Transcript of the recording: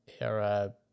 era